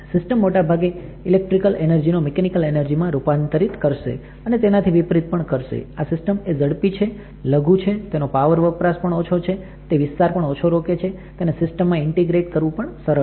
system મોટાભાગે electrical એનર્જીનો mechanical એનર્જીમાં રૂપાંતરિત કરશે અને તેનાથી વિપરીત પણ કરશે આ સિસ્ટમ એ ઝડપી છે લઘુ છે તેનો પાવર વપરાશ પણ ઓછો છે તે વિસ્તાર પણ ઓછો રોકે છે તેને સિસ્ટમમાં ઇન્ટિગ્રેટ કરવું પણ સરળ છે